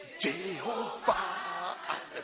Jehovah